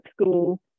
school